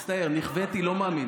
מצטער, נכוויתי, לא מאמין.